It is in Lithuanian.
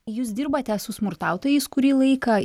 jūs dirbate su smurtautojais kurį laiką